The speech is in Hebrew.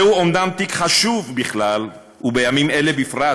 זהו אומנם תיק חשוב בכלל ובימים אלה בפרט,